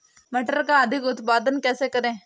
मटर का अधिक उत्पादन कैसे करें?